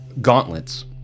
gauntlets